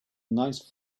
nice